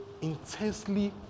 intensely